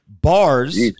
Bars